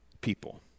people